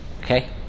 okay